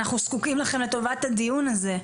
אנחנו זקוקים לכם לטובת הדיון הזה.